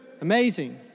amazing